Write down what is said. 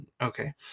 Okay